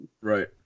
right